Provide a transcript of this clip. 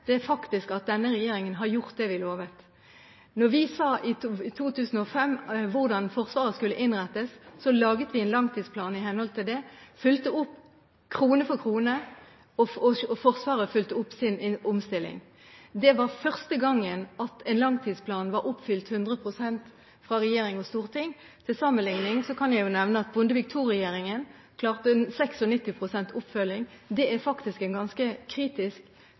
er faktisk at denne regjeringen har gjort det den lovet. Da vi i 2005 sa hvordan Forsvaret skulle innrettes, laget vi en langtidsplan i henhold til det. Vi fulgte opp, krone for krone, og Forsvaret fulgte opp i sin omstilling. Det var første gangen at langtidsplanen ble oppfylt 100 pst. av regjering og storting. Til sammenligning kan jeg nevne at Bondevik II-regjeringen klarte en 96 pst. oppfølging. Det er faktisk ganske kritisk,